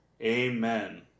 Amen